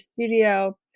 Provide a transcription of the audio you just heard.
studio